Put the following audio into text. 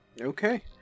Okay